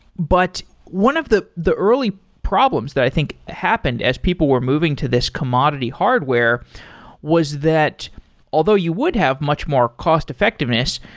but one of the the early problems that i think happened as people were moving to this commodity hardware was that although you would have much more cost-effectiveness,